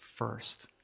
first